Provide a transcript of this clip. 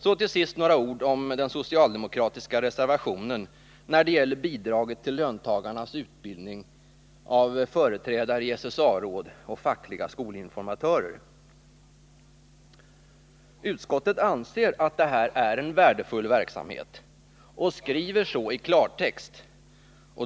Så till sist några ord om den socialdemokratiska reservationen om bidraget till löntagarnas utbildning av företrädare för SSA-råd och fackliga skolinformatörer. Utskottet anser att detta är en värdefull verksamhet och skriver så i klartext.